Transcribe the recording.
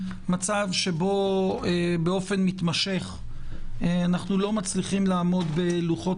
מצב שבו באופן מתמשך אנו לא מצליחים לעמוד בלוחות